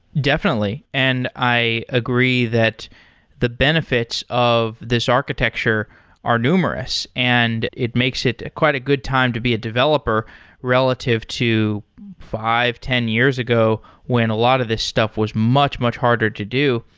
definitely, and i agree that the benefits of this architecture are numerous, and it makes it quite a good time to be a developer relative to five, ten years ago when a lot of these stuff was much, much harder to do.